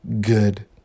good